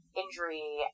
injury